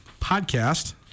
podcast